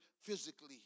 physically